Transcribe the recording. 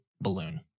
balloon